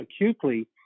acutely